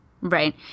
Right